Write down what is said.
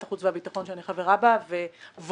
החוץ והביטחון בה אני חברה בגלל הנושא של מיגון הצפון ו-ווה,